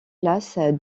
place